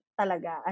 talaga